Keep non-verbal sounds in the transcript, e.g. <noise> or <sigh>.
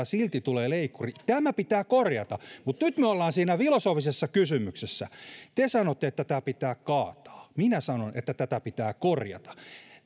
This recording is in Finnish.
<unintelligible> silti tulee leikkuri tämä pitää korjata mutta nyt me olemme siinä filosofisessa kysymyksessä te sanotte että tämä pitää kaataa minä sanon että tätä pitää korjata